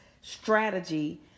strategy